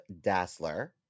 Dassler